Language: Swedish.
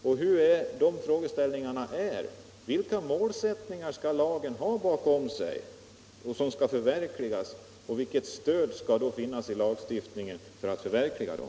Och vilka är de frågeställningarna? Vilka målsättningar skall lagen ha bakom sig och vilket stöd skall finnas i lagstiftningen för att man skall kunna förverkliga dem?